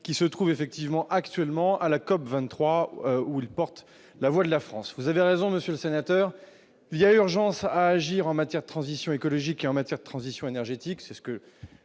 qui se trouve effectivement actuellement à la COB 23 où il porte la voix de la France, vous avez raison Monsieur sénateur, il y a urgence à agir en matière de transition écologique en matière de transition énergétique, c'est ce que